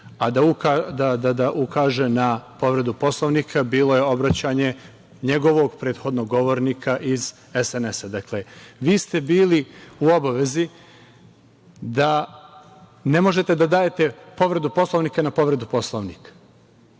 a da ukaže na povredu Poslovnika bilo je obraćanje njegovog prethodnog govornika iz SNS.Dakle, ne možete da dajete povrede Poslovnika na povredu Poslovnika.